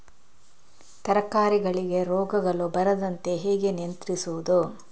ತರಕಾರಿಗಳಿಗೆ ರೋಗಗಳು ಬರದಂತೆ ಹೇಗೆ ನಿಯಂತ್ರಿಸುವುದು?